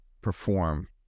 perform